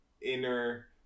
inner